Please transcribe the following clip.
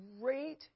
great